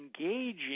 engaging